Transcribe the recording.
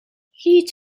هیچ